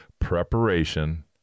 Preparation